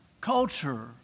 culture